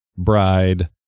bride